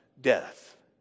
death